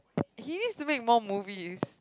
he needs to make more movies